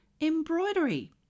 embroidery